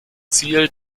ziel